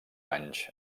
anys